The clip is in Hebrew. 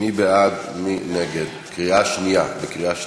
מי בעד, מי נגד, בקריאה שנייה?